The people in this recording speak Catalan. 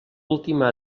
última